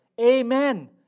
Amen